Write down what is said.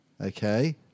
Okay